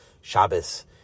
Shabbos